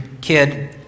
kid